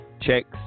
checks